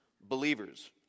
believers